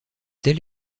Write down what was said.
tel